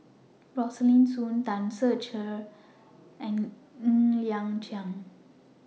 Rosaline Soon Tan Ser Cher and Ng Liang Chiang